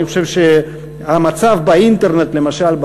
אני חושב שהמצב באינטרנט למשל,